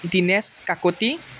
Dinesh Kakati